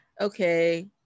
okay